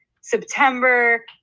September